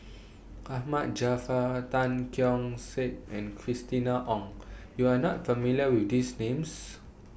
Ahmad Jaafar Tan Keong Saik and Christina Ong YOU Are not familiar with These Names